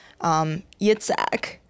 Yitzhak